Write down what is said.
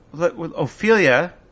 Ophelia